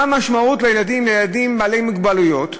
מה המשמעות להורים לילדים בעלי מוגבלויות?